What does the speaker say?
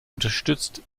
unterstützt